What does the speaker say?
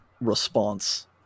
response